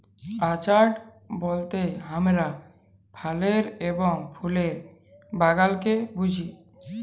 orchard বলতে হামরা ফলের এবং ফুলের বাগালকে বুঝি